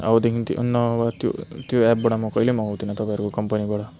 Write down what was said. अबदेखिन त्यो नभए त्यो एपबाट म कहिले मगाउँदिनँ तपाईँहरूको कम्पनीबाट